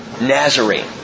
Nazarene